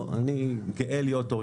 לא, אני גאה להיות עורך דין.